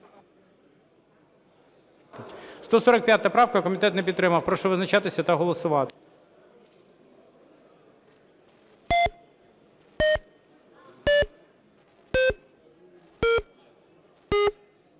145 правка. Комітет не підтримав. Прошу визначатися та голосувати.